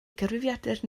gyfrifiadur